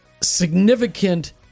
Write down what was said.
significant